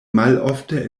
malofte